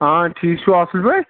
آ ٹھیٖک چھِو اَصٕل پٲٹھۍ